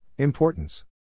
Importance